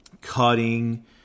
cutting